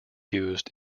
used